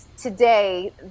today